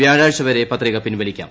വ്യാഴാഴ്ച വരെ പത്രിക പിൻവലിക്കാം